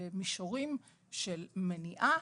במישורים של מניעה,